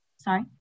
Sorry